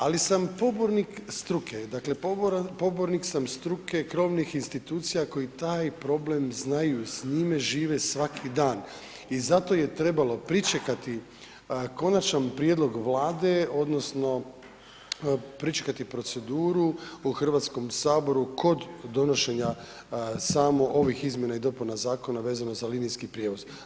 Ali sam pobornik struke, dakle pobornik sam struke krovnih institucija koji taj problem znaju, s njime žive svaki dan i zato je trebalo pričekati konačan prijedlog Vlade odnosno pričekati proceduru u Hrvatskom saboru kod donošenja samo ovih izmjena i dopuna zakona vezano za linijski prijevoz.